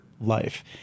life